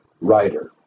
writer